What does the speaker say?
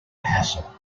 hassle